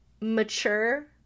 mature